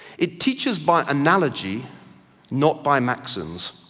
it teaches by analogy not by maxims.